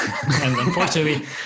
Unfortunately